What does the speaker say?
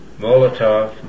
Molotov